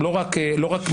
זה לא רק מספר.